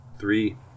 three